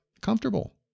comfortable